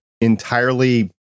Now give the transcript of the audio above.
entirely